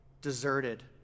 deserted